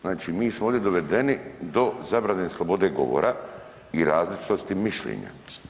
Znači mi smo ovdje dovedeni do zabrane slobode govora i različitosti mišljenja.